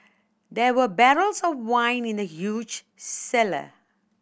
there were barrels of wine in the huge cellar